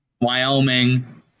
Wyoming